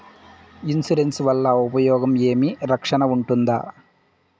Insurance వల్ల ఉపయోగం ఏమి? రక్షణ ఉంటుందా?